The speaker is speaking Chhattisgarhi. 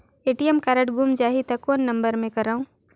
ए.टी.एम कारड गुम जाही त कौन नम्बर मे करव?